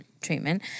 treatment